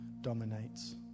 dominates